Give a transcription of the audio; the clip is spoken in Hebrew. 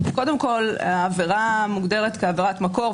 קודם כל העבירה מוגדרת כעבירת מקור.